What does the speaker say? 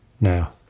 now